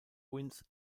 wins